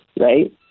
right